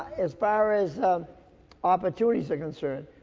as far as opportunities are concerned,